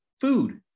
food